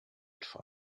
try